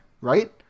right